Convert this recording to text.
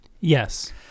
Yes